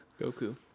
Goku